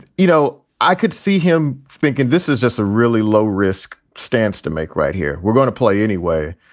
you know, know, i could see him thinking this is just a really low risk stance to make right here. we're going to play anyway.